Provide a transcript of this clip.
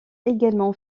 également